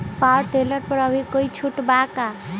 Power tiller पर अभी कोई छुट बा का?